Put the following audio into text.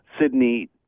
Sydney